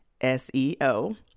SEO